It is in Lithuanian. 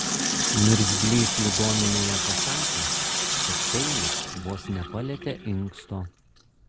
niurzglys ligoninėje pasakė kad peilis vos nepalietė inksto